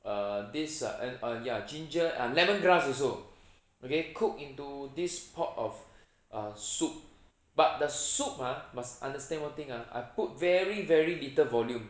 err this uh ya ginger ah lemon grass also okay cook into this pot of soup but the soup ha must understand one thing ah I put very very little volume